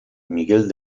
miguel